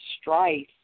strife